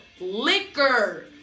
liquor